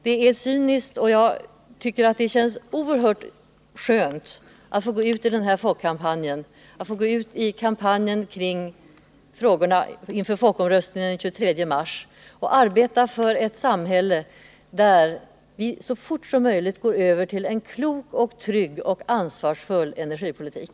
Det känns oerhört skönt att få gå ut i kampanjen inför folkomröstningen den 23 mars och arbeta för ett samhälle där vi så fort som möjligt går över till en klok, en trygg och en ansvarsfull energipolitik.